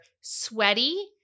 sweaty